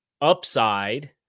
upside